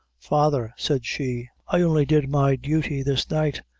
father, said she, i only did my duty this night.